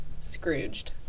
Scrooged